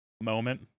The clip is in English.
moment